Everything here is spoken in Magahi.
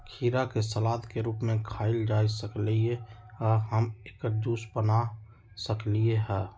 खीरा के सलाद के रूप में खायल जा सकलई ह आ हम एकर जूस बना सकली ह